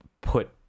put